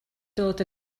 dod